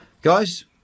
Guys